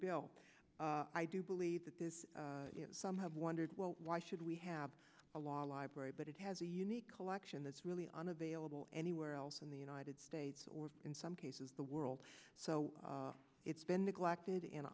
well i do believe that this some have wondered well why should we have a law library but it has a unique collection that's really unavailable anywhere else in the united states or in some cases the world so it's been neglected and